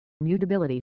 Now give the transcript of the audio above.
mutability